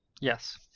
Yes